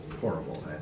horrible